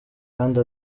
kandi